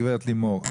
הגב' לימור,